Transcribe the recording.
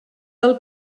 del